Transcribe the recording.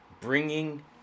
bringing